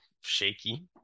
shaky